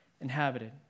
inhabited